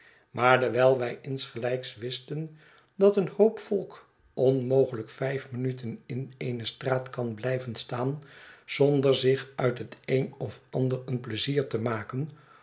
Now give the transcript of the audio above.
maar dewijl wij insgelijks wisten dat een hoop volk onmogelijk vijf minuten in eene straat kan blijven staan zonder zich uit het een of ander een pleizier te maken